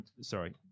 Sorry